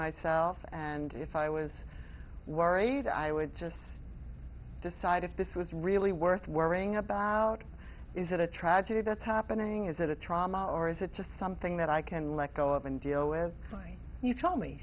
myself and if i was worried i would just decide if this was really worth worrying about is it a tragedy that's happening is it a trauma or is it just something that i can let go of and deal with you tell me